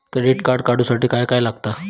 Credit card काढूसाठी काय काय लागत?